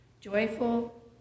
Joyful